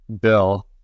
bill